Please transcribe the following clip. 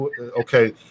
Okay